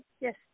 Yes